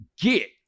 get